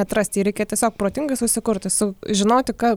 atrasti jį reikia tiesiog protingai susikurti su žinoti ką